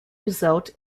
result